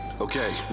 Okay